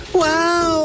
wow